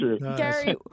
Gary